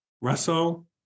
Russell